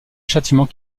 châtiment